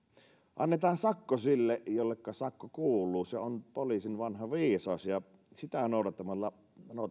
annetaan sakko sille jolle sakko kuuluu se on poliisin vanha viisaus ja sitä noudattamalla